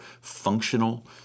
functional